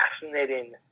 fascinating